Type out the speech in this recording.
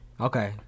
Okay